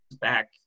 back